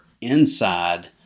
inside